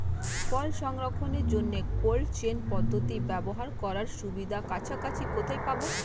ফল সংরক্ষণের জন্য cold chain পদ্ধতি ব্যবহার করার সুবিধা কাছাকাছি কোথায় পাবো?